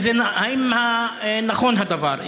1. האם נכון הדבר?